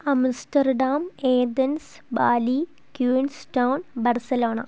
Amsterdam Athens Bali Queenstown Barcelona